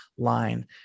line